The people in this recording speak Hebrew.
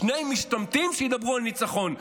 שני משתמטים שידברו על ניצחון,